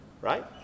right